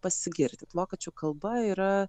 pasigirti vokiečių kalba yra